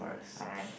alright